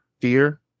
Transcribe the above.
Fear